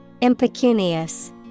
Impecunious